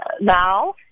now